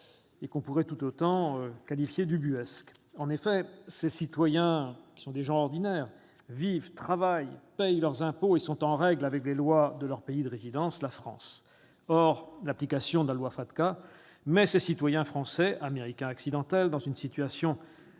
que l'on pourrait tout autant qualifier d'ubuesque. En effet, ces citoyens, qui sont des personnes ordinaires, vivent, travaillent, paient leurs impôts et sont en règle avec les lois de leur pays de résidence, la France. Or l'application de la loi FATCA met ces citoyens français, « Américains accidentels », dans une situation intenable,